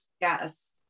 Yes